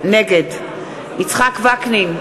נגד יצחק וקנין,